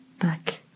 back